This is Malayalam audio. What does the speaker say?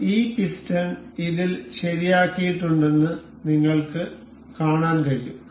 അതിനാൽ ഈ പിസ്റ്റൺ ഇതിൽ ശരിയാക്കിയിട്ടുണ്ടെന്ന് നിങ്ങൾക്ക് കാണാൻ കഴിയും